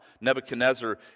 Nebuchadnezzar